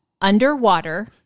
underwater